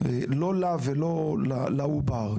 לא לה ולא לעובר,